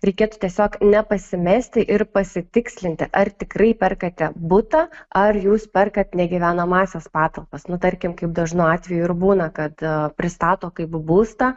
reikėtų tiesiog nepasimesti ir pasitikslinti ar tikrai perkate butą ar jūs perkat negyvenamąsias patalpas nu tarkim kaip dažnu atveju ir būna kad pristato kaip būstą